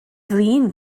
flin